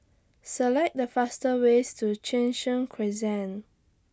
Select The fastest ways to Cheng Soon Crescent